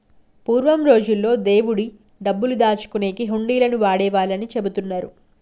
పూర్వం రోజుల్లో దేవుడి డబ్బులు దాచుకునేకి హుండీలను వాడేవాళ్ళని చెబుతున్నరు